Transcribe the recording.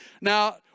Now